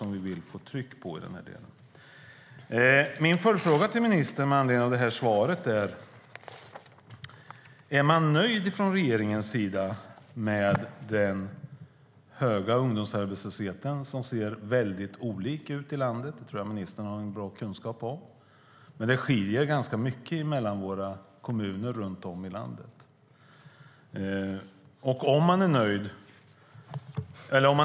Min följdfråga till ministern med anledning av svaret är: Är regeringen nöjd med den höga ungdomsarbetslösheten? Det skiljer sig ganska mycket mellan våra kommuner runt om i landet, och det tror jag att ministern väl känner till.